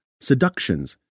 seductions